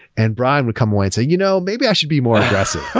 and brian would come on and say, you know maybe i should be more aggressive.